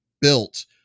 built